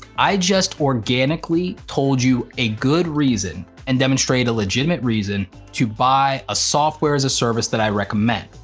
i just organically told you a good reason and demonstrated a legitimate reason to buy a software as a service that i recommend,